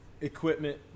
Equipment